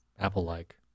Apple-like